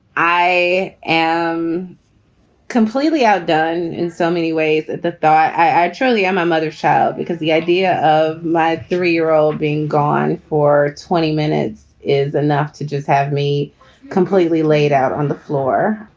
i am completely outdone in so many ways that that i truly am a mother. shab, because the idea of my three year old being gone for twenty minutes is enough to just have me completely laid out on the floor.